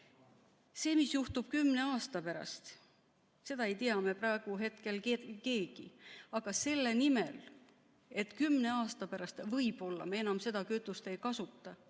Seda, mis juhtub kümne aasta pärast, ei tea me praegu keegi. Aga selle pärast, et kümne aasta pärast võib-olla me enam seda kütust ei kasuta,